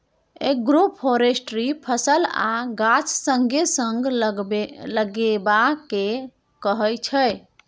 agroforestry फसल आ गाछ संगे संग लगेबा केँ कहय छै